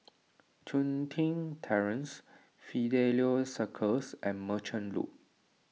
Chun Tin Terrace Fidelio Circus and Merchant Loop